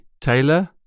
Taylor